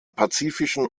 pazifischen